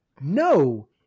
no